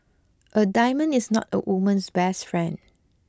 a diamond is not a woman's best friend